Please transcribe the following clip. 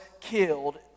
killed